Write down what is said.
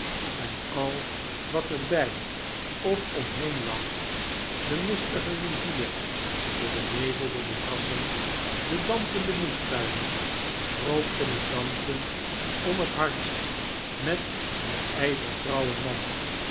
en al wat er by of omheen lag de mistige rivier debeneveldemoerassen de dampende moestuinen rookten en dampten om het hardst met den ijzergrauwen man